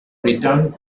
returned